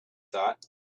thought